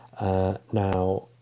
Now